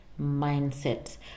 mindset